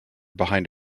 behind